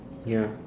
ya